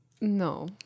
no